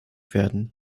werden